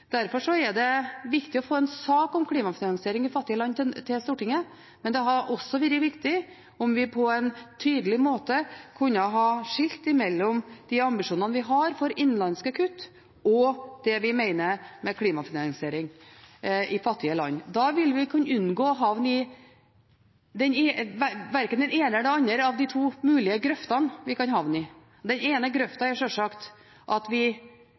Derfor er det viktig å få en sak om klimafinansiering i fattige land til Stortinget. Men det ville også vært viktig om vi på en tydelig måte kunne ha skilt mellom de ambisjonene vi har for innenlandske kutt, og det vi mener med klimafinansiering i fattige land. Da ville vi kunne unngå å havne i den ene eller den andre av de to mulige grøftene vi kan havne i. Den ene grøfta er sjølsagt at vi